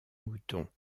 moutons